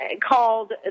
called